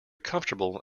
comfortable